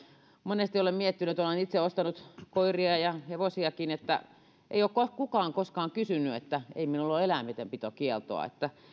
monesti olen miettinyt kun olen itse ostanut koiria ja hevosiakin että ei ole kukaan koskaan kysynyt että eihän minulla ole eläintenpitokieltoa